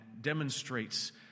demonstrates